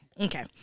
okay